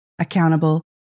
accountable